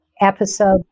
episode